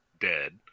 dead